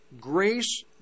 grace